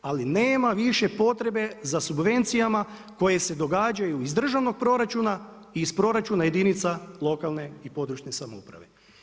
Ali nema više potrebe za subvencijama koje se događaju iz državnog proračuna i iz proračuna jedinica lokalne i područne samouprave.